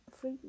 free